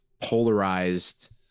polarized